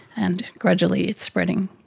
and gradually it's spreading.